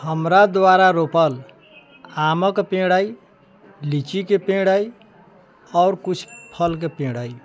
हमरा द्वारा रोपल आमके पेड़ अछि लीचीके पेड़ अछि आओर किछु फलके पेड़ अछि